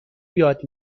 یاد